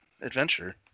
adventure